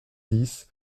dix